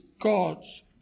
God's